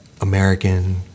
American